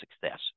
success